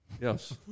Yes